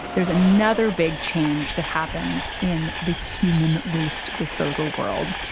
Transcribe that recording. there's another big change that happens in the human waste disposal world.